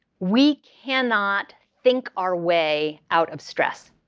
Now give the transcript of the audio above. we cannot think our way out of stress.